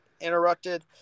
interrupted